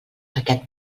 aquest